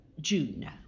June